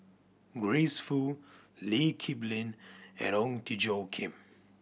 Grace Fu Lee Kip Lin and Ong Tjoe Kim